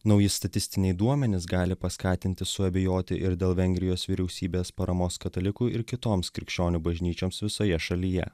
nauji statistiniai duomenys gali paskatinti suabejoti ir dėl vengrijos vyriausybės paramos katalikų ir kitoms krikščionių bažnyčioms visoje šalyje